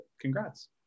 congrats